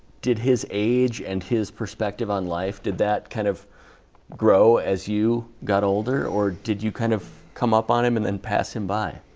did his age and his perspective on life, did that kind of grow as you got older, or did you kind of come up on him and then pass him by?